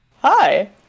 Hi